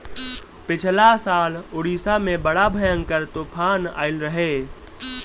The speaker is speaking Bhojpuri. पिछला साल उड़ीसा में बड़ा भयंकर तूफान आईल रहे